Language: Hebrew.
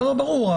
ברור,